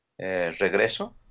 Regreso